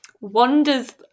wanders